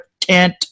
tent